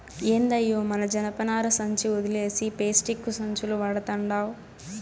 ఏందయ్యో మన జనపనార సంచి ఒదిలేసి పేస్టిక్కు సంచులు వడతండావ్